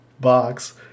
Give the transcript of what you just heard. box